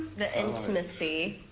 the intimacy,